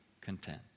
content